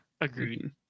agreed